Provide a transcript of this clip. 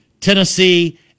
Tennessee